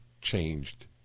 changed